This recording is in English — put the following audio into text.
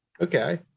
Okay